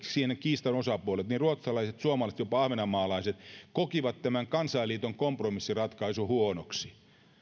kiistan osapuolet niin ruotsalaiset suomalaiset jopa ahvenanmaalaiset kokivat tämän kansainliiton kompromissiratkaisun huonoksi